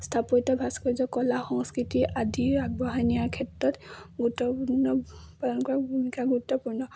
স্থাপত্য় ভাস্কৰ্য্য় কলা সংস্কৃতি আদি আগবঢ়াই নিয়াৰ ক্ষেত্ৰত গুৰুত্বপূৰ্ণ পালন কৰা ভূমিকা গুৰুত্বপূৰ্ণ